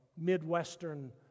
Midwestern